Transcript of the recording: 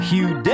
Hugh